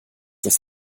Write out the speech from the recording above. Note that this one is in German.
das